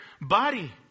body